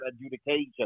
adjudication